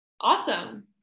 Awesome